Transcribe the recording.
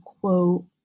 quote